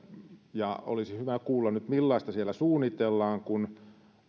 ja olisi hyvä kuulla nyt millaista siellä suunnitellaan kun